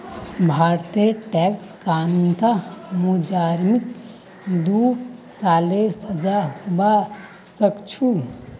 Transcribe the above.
भारतेर टैक्स कानूनत मुजरिमक दी सालेर सजा हबा सखछे